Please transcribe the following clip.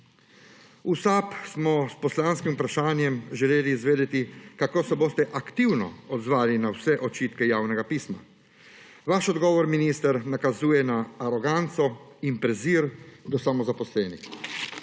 V SAB smo s poslanskim vprašanjem želeli izvedeti, kako se boste aktivno odzvali na vse očitke javnega pisma. Vaš odgovor, minister, nakazuje na aroganco in prezir do samozaposlenih.